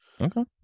Okay